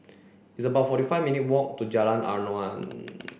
it's about forty five minutes' walk to Jalan Aruan